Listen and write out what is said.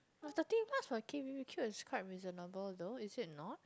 but thirteen plus for k_b_b_q is quite reasonable though is it not